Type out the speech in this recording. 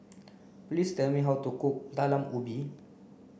please tell me how to cook talam ubi